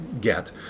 get